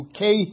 UK